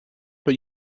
but